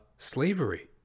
Slavery